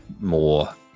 more